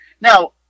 Now